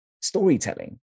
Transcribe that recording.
storytelling